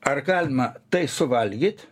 ar galima tai suvalgyt